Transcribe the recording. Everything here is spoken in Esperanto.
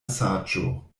saĝo